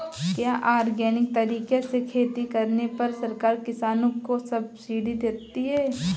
क्या ऑर्गेनिक तरीके से खेती करने पर सरकार किसानों को सब्सिडी देती है?